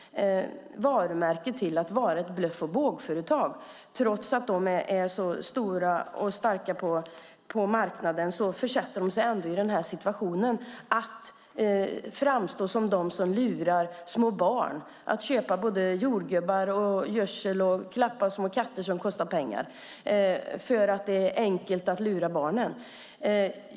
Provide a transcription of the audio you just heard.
De kan försätta sig i situationen att de framstår som bluff och bågföretag trots att de är så stora och starka på marknaden, att det framstår som att de lurar små barn att köpa både jordgubbar och gödsel och klappa små katter som kostar pengar för att det är enkelt att lura barnen.